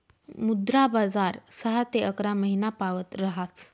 मुद्रा बजार सहा ते अकरा महिनापावत ऱहास